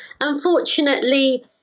unfortunately